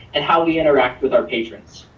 and how we interact with our patrons.